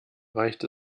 reicht